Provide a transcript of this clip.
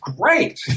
great